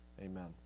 Amen